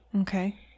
Okay